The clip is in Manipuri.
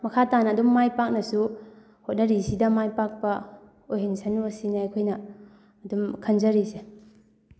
ꯃꯈꯥ ꯇꯥꯅ ꯑꯗꯨꯝ ꯃꯥꯏꯄꯥꯛꯅꯁꯨ ꯍꯣꯠꯅꯔꯤꯁꯤꯗ ꯃꯥꯏ ꯄꯥꯛꯄ ꯑꯣꯏꯍꯟꯁꯅꯨ ꯑꯁꯤꯅꯤ ꯑꯩꯈꯣꯏꯅ ꯑꯗꯨꯝ ꯈꯟꯖꯔꯤꯁꯦ